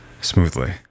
smoothly